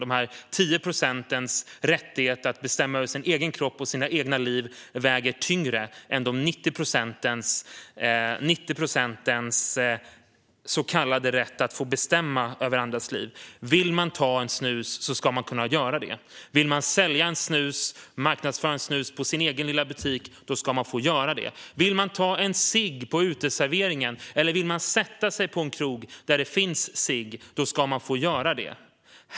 De 10 procentens rättighet att bestämma över sina egna kroppar och sina egna liv väger tyngre än de 90 procentens så kallade rätt att få bestämma över andras liv. Vill man ta en snus ska man kunna göra det. Vill man sälja snus och marknadsföra det i sin egen lilla butik ska man få göra det. Vill man ta en cigg på uteserveringen eller sätta sig på en krog där det finns cigg ska man få göra det.